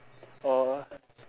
or